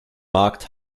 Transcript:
markt